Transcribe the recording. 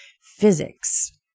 physics